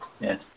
Yes